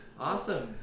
Awesome